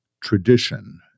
tradition